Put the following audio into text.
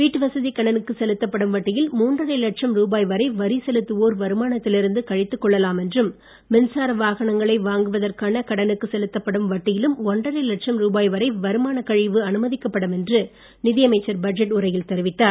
வீட்டுவசதி கடனுக்கு செலுத்தப்படும் வட்டியில் மூன்றரை லட்சம் ரூபாய் வரை வரி செலுத்துவோர் வருமானத்தில் இருந்து கழித்துக் கொள்ளலாம் என்றும் மின்சார வாகனங்களை வாங்குவதற்கான கடனுக்கு செலுத்தப்படும் வட்டியிலும் ஒன்றரை லட்சம் ரூபாய் வரை வருமானக் கழிவு அனுமதிக்கப் படும் என்று நிதி அமைச்சர் பட்ஜெட் உரையில் தெரிவித்தார்